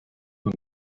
von